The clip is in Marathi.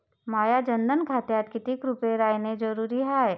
माह्या जनधन खात्यात कितीक रूपे रायने जरुरी हाय?